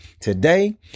Today